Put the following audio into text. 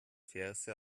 verse